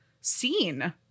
scene